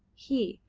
he,